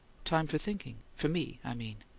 time for thinking for me, i mean?